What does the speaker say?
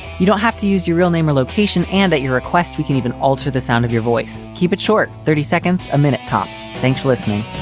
you don't have to use your real name or location. and at your request, we can even alter the sound of your voice. keep it short. thirty seconds a minute, tops. thanks for listening